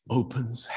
opens